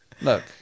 Look